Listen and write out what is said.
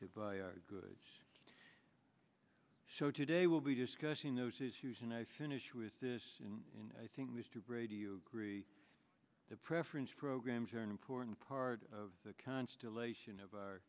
to buy goods so today will be discussing those issues and i finish with this in i think mr brady agree the preference programs are an important part of the constellation of our